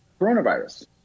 coronavirus